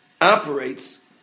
operates